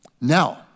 Now